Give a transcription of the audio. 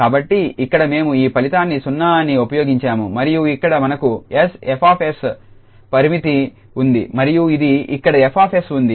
కాబట్టి ఇక్కడ మేము ఆ ఫలితాన్ని 0 అని ఉపయోగించాము మరియు ఇక్కడ మనకు 𝑠F𝑠 పరిమితి ఉంది మరియు ఇది ఇక్కడ 𝐹𝑠 ఉంది